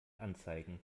anzeigen